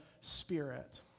spirit